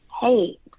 hey